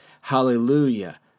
Hallelujah